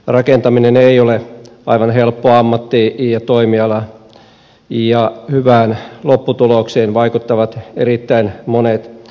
rakentaminen ei ole aivan helppo ammatti ja toimiala ja hyvään lopputulokseen vaikuttavat erittäin monet seikat